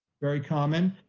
very common,